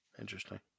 Interesting